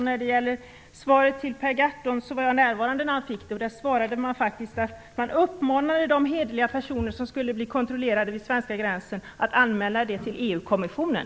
När det gäller svaret till Per Gahrton, var jag närvarande när han fick det. Man uppmanade då hederliga personer som blev kontrollerade vid svenska gränsen att anmäla det till EU-kommissionen.